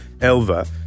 Elva